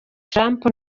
trump